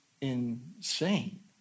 insane